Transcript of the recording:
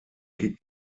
kick